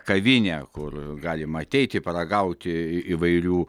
kavinę kur galima ateiti paragauti įvairių